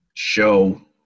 show